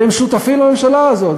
והם שותפים לממשלה הזאת,